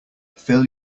fill